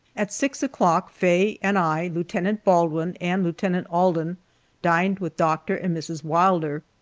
at six o'clock faye and i, lieutenant baldwin, and lieutenant alden dined with doctor and mrs. wilder.